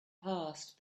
passed